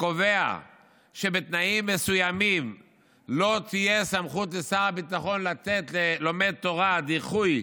שקובע שבתנאים מסוימים לא תהיה סמכות לשר הביטחון לתת ללומד תורה דיחוי,